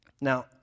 Now